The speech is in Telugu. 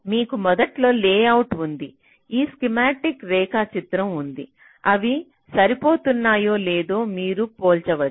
మీకు మొదట్లో లేఅవుట్ ఉంది ఈ స్కీమాటిక్ రేఖాచిత్రం ఉంది అవి సరిపోతున్నాయో లేదో మీరు పోల్చవచ్చు